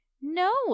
No